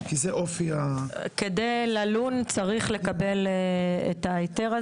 כי זה אופי ה- -- כדי ללון צריך לקבל את ההיתר הזה.